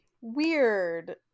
weird